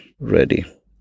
ready